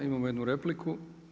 Imamo jednu repliku.